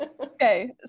Okay